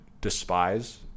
despise